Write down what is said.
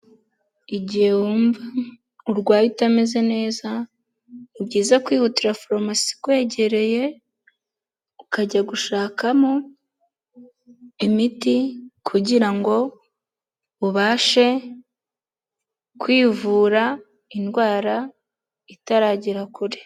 Igihe wumva urwaye utameze neza ni byiza kwihutira farumasi ikwegereye ukajya gushakamo imiti kugira ngo ubashe kwivura indwara itaragera kure.